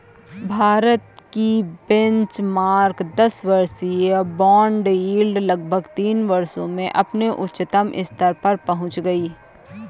भारत की बेंचमार्क दस वर्षीय बॉन्ड यील्ड लगभग तीन वर्षों में अपने उच्चतम स्तर पर पहुंच गई